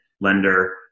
lender